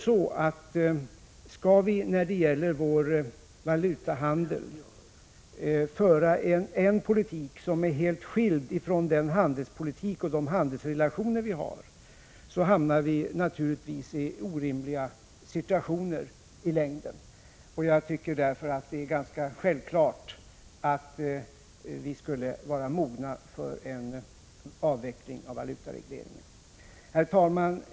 Skall vi när det gäller vår valutahandel föra en politik som är helt skild från den handelspolitik och de handelsrelationer vi har, hamnar vi naturligtvis i orimliga situationer i längden. Jag tycker därför att det är ganska självklart att vi nu skulle vara mogna för en avveckling av valutaregleringen. Herr talman!